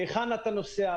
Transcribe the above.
מהיכן אתה נוסע,